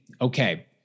okay